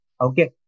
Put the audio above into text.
Okay